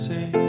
Say